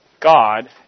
God